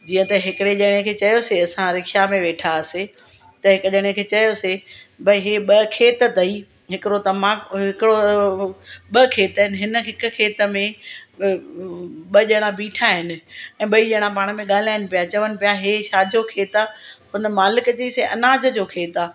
जीअं त हिकिड़े जणे खे चयोसीं असां रिक्शा में वेठा हुआसीं त हिक जणे खे चयोसी भई हीअ ॿ खेत तई हिकिड़ो त मां ओर हिकिड़ो हुयो ॿ खेत आहिनि हिन हिक खेत में ॿ जणा बीठा आहिनि ऐं बई जणा पाण में ॻाल्हाइण पिया चवनि पया हे छाजो खेत आहे हुन मालिक चई से अनाज जो खेत आहे